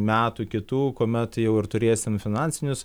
metų kitų kuomet jau ir turėsim finansinius